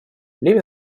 левин